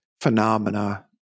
phenomena